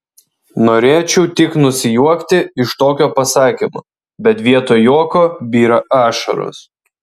norėčiau tik nusijuokti iš tokio pasakymo bet vietoj juoko byra ašaros